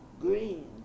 green